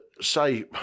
say